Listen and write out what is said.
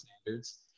standards